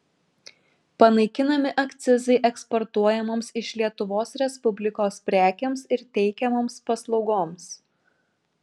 panaikinami akcizai eksportuojamoms iš lietuvos respublikos prekėms ir teikiamoms paslaugoms